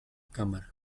cámara